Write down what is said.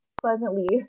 pleasantly